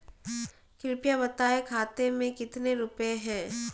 कृपया बताएं खाते में कितने रुपए हैं?